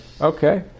Okay